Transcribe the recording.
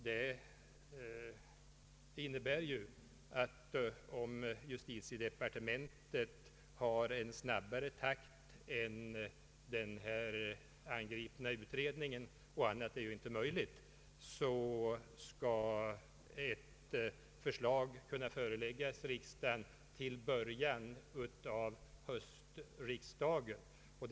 Det innebär att om justitiedepartementet arbetar i en snabbare takt än den här angripna utredningen — annat är ju inte möjligt — så skall ett förslag kunna föreläggas riksdagen i början av detta års höstsession.